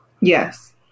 Yes